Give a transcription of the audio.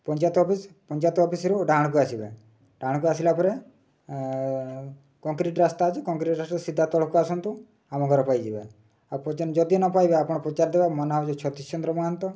panchayat office panchayat ଅଫିସ୍ରୁ ଡାହାଣକୁ ଆସିବା ଡାହାଣକୁ ଆସିଲା ପରେ କଂକ୍ରିଟ୍ ରାସ୍ତା ଅଛି କଂକ୍ରିଟ୍ ରାସ୍ତା ସିଧା ତଳକୁ ଆସନ୍ତୁ ଆମ ଘର ପାଇଯିବେ ଆଉ ଯଦି ନ ପାଇବେ ଆପଣ ପଚାରିଦେବେ ମୋ ନାଁ ହେଉଛି ଛତିଶ୍ ଚନ୍ଦ୍ର ମହାନ୍ତ